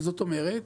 זאת אומרת,